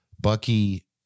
Bucky